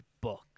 book